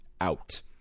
out